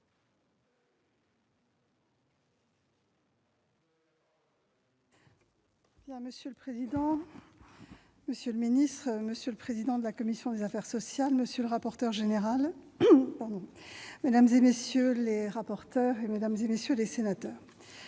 Monsieur le président, monsieur le secrétaire d'État, monsieur le président de la commission des affaires sociales, monsieur le rapporteur général, mesdames, messieurs les rapporteurs, mesdames, messieurs les sénateurs,